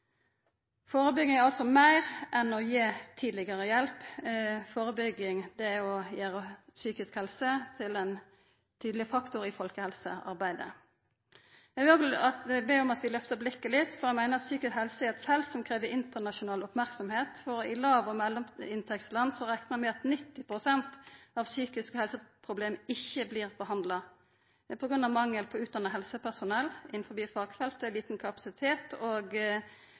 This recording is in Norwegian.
er altså meir enn å gi hjelp tidlegare. Førebygging er å gjera psykisk helse til ein tydeleg faktor i folkehelsearbeidet. Eg vil òg be om at vi løftar blikket litt, for eg meiner at psykisk helse er eit felt som krev internasjonal merksemd. I lav- og mellominntektsland reknar ein med at 90 pst. av dei psykiske helseproblema ikkje blir behandla. Mangel på utdanna helsepersonell innanfor fagfeltet, liten kapasitet og